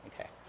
Okay